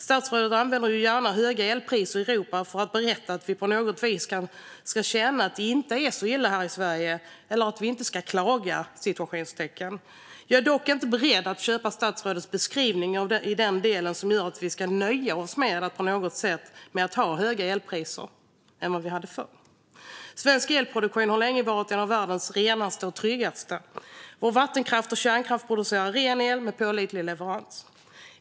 Statsrådet använder gärna höga elpriser i Europa som exempel för att vi på något vis ska känna att det inte är så illa här i Sverige eller för att vi inte ska "klaga". Jag är dock inte beredd att köpa statsrådets beskrivning i den del som innebär att vi ska nöja oss med ha högre elpriser än vad vi hade förr. Svensk elproduktion har länge varit en av världens renaste och tryggaste. Vår vattenkraft och kärnkraft producerar ren el med pålitlig leverans.